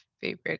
favorite